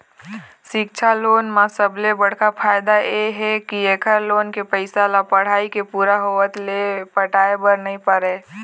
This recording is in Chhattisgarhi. सिक्छा लोन म सबले बड़का फायदा ए हे के एखर लोन के पइसा ल पढ़ाई के पूरा होवत ले पटाए बर नइ परय